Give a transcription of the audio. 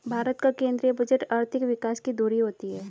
भारत का केंद्रीय बजट आर्थिक विकास की धूरी होती है